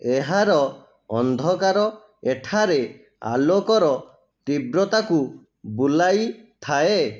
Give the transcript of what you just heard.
ଏହାର ଅନ୍ଧକାର ଏଠାରେ ଆଲୋକର ତୀବ୍ରତାକୁ ବୁଲାଇଥାଏ